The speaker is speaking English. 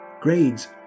Grades